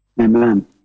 Amen